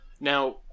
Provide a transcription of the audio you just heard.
Now